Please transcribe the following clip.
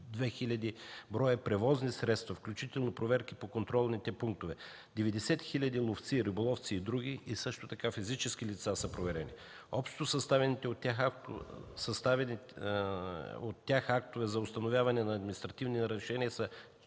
хил. броя превозни средства, включително проверки по контролните пунктове; 90 хил. ловци, риболовци и други, а също и физически лица са проверени. Общо съставените на тях актове за установяване на административни нарушения са